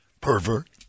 pervert